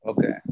Okay